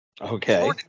Okay